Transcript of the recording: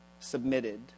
submitted